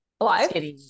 alive